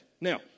Now